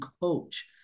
coach